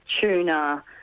tuna